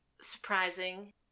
surprising